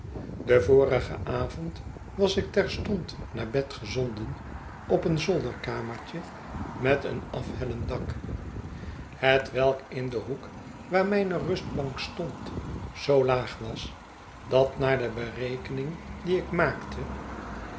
den vorigen avond was ik terstond naar bed gezonden op een zolderkamertje met een afhellend dak hetwelk in den hoek waar mijne rustbank stond zoo laag was dat naar de berekening die ik maakte